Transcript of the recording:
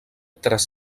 tres